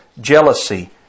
jealousy